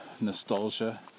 nostalgia